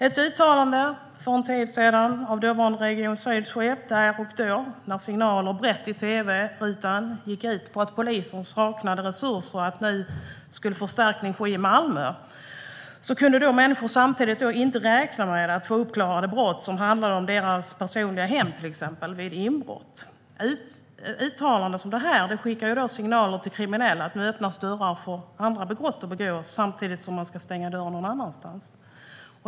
Ett uttalade gjordes för en tid sedan av Region Syds dåvarande chef där och då när signalen gick ut brett i tv-rutan att polisen saknade resurser och att när nu förstärkning skulle ske i Malmö kunde människor inte räkna med att brott som handlade om deras hem, till exempel inbrott, skulle klaras upp. Ett uttalande som det skickar signaler till kriminella att nu öppnas dörrar för andra brott att begå när dörren stängs någon annanstans.